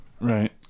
Right